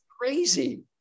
crazy